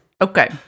Okay